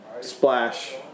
Splash